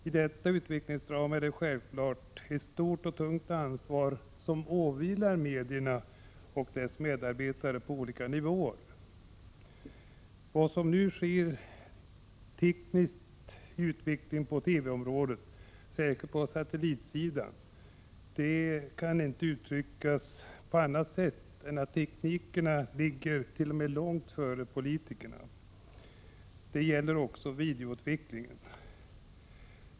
I detta utvecklingsdrama är det självfallet ett stort och tungt ansvar som åvilar medierna och deras medarbetare på olika nivåer. Vad som nu sker när det gäller den tekniska utvecklingen på TV-området, särskilt på satellitsidan, kan inte uttryckas på annat sätt än så, att teknikerna ligger t.o.m. långt före politikerna. Det gäller också videoutvecklingen.